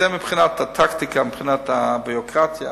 זה מבחינת הטקטיקה, מבחינת הביורוקרטיה.